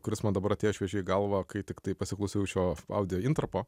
kuris man dabar atėjo šviežiai į galvą kai tiktai pasiklausiau šio audio intarpo